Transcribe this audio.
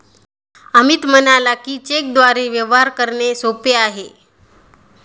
अमित म्हणाला की, चेकद्वारे व्यवहार करणे सोपे आहे